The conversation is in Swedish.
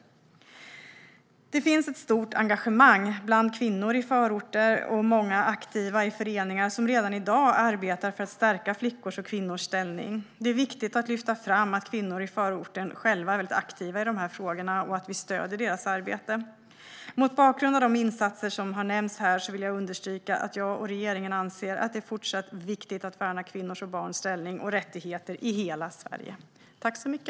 Det finns ett stort engagemang bland kvinnor i förorter och många aktiva i föreningar som redan i dag arbetar för att stärka flickors och kvinnors ställning. Det är viktigt att lyfta fram att kvinnor i förorten själva är aktiva i dessa frågor och att vi stöder deras arbete. Mot bakgrund av de insatser som har nämnts här vill jag understryka att jag och regeringen anser att det är fortsatt viktigt att värna kvinnors och barns ställning och rättigheter i hela Sverige.